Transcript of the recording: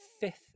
fifth